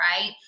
right